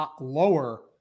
lower